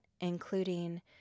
including